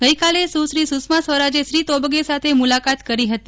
ગઈકાલે સુશ્રી સુષ્મા સ્વરાજે શ્રી તોબગે સાથે મુલાાત કરી હતી